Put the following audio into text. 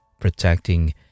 protecting